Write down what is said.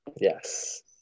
Yes